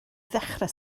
ddechrau